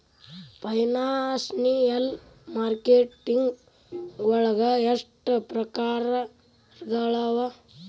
Financial marketing ವಳಗ ಎಷ್ಟ್ ಪ್ರಕ್ರಾರ್ಗಳವ?